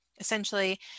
Essentially